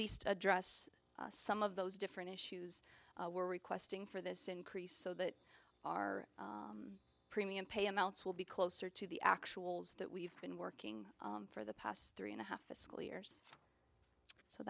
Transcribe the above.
least address some of those different issues we're requesting for this increase so that our premium pay amounts will be closer to the actual that we've been working for the past three and a half a school years so